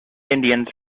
indians